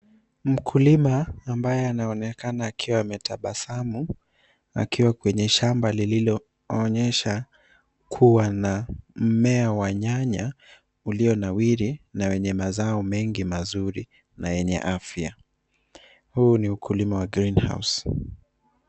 Mkulima ambaye anaonekana akiwa ametabasamu akiwa kwenye shamba lililoonyesha kuwa na mmea wa nyanya ulionawiri na wenye mazao mengi mazuri na yenye afya. Huu ni ukulima wa greenhouse .